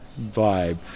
vibe